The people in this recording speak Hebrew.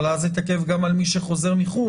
אז זה תקף גם על מי שחוזר מחו"ל,